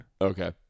Okay